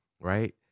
right